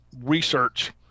research